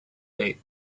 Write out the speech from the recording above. date